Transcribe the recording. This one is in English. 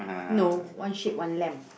no one sheep one lamb